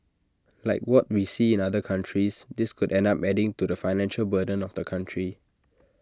like what we see in other countries this could end up adding to the financial burden of the country